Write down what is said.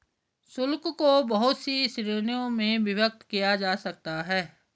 शुल्क को बहुत सी श्रीणियों में विभक्त किया जा सकता है